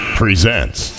presents